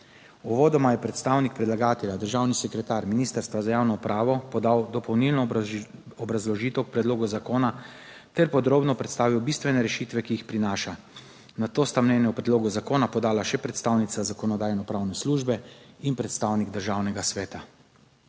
Uvodoma je predstavnik predlagatelja, državni sekretar Ministrstva za javno upravo podal dopolnilno obrazložitev k predlogu zakona ter podrobno predstavil bistvene rešitve, ki jih prinaša. Na to sta mnenje o predlogu zakona podala še predstavnica Zakonodajno-pravne službe in predstavnik Državnega sveta.